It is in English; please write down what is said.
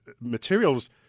materials